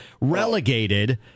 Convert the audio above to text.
relegated